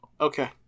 Okay